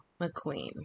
McQueen